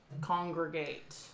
congregate